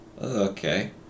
Okay